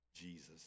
Jesus